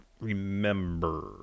remember